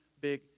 big